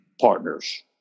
partners